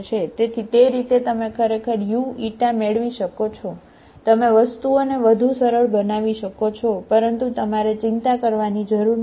તેથી તે રીતે તમે ખરેખર u મેળવી શકો છો તમે વસ્તુઓને વધુ સરળ બનાવી શકો છો પરંતુ તમારે ચિંતા કરવાની જરૂર નથી